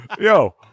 Yo